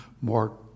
more